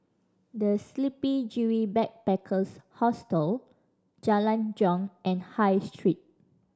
The Sleepy Kiwi Backpackers Hostel Jalan Jong and High Street